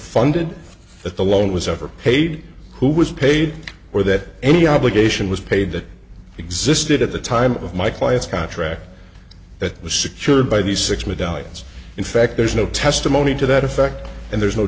that the loan was ever paid who was paid or that any obligation was paid that existed at the time of my client's contract that was secured by the six medallions in fact there's no testimony to that effect and there's no